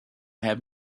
have